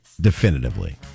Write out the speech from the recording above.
definitively